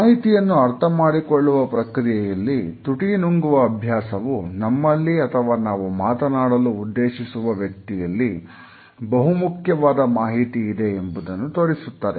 ಮಾಹಿತಿಯನ್ನು ಅರ್ಥ ಮಾಡಿಕೊಳ್ಳುವ ಪ್ರಕ್ರಿಯೆಯಲ್ಲಿ ತುಟಿ ನುಂಗುವ ಅಭ್ಯಾಸವು ನಮ್ಮಲ್ಲಿ ಅಥವಾ ನಾವು ಮಾತನಾಡಲು ಉದ್ದೇಶಿಸುವ ವ್ಯಕ್ತಿಯಲ್ಲಿ ಬಹುಮುಖ್ಯವಾದ ಮಾಹಿತಿ ಇದೆ ಎಂಬುದನ್ನು ತೋರಿಸುತ್ತದೆ